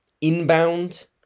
Inbound